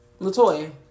Latoya